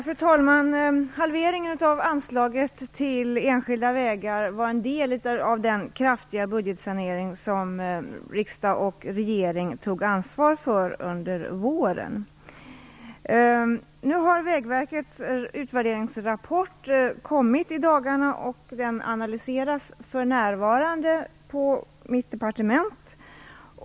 Fru talman! Halveringen av anslaget till enskilda vägar var en del av den kraftiga budgetsanering som riksdag och regering tog ansvar för under våren. Vägverkets utvärderingsrapport har kommit i dagarna, och den analyseras för närvarande på mitt departement.